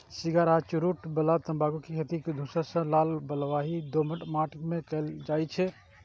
cigar आ चुरूट बला तंबाकू के खेती धूसर सं लाल बलुआही दोमट माटि मे कैल जाइ छै